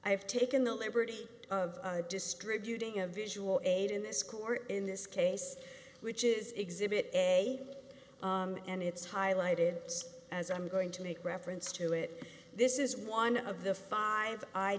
have taken the liberty of distributing a visual aid in this court in this case which is exhibit a and it's highlighted as i'm going to make reference to it this is one of the five i